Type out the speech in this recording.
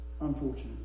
Unfortunate